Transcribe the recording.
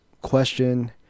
question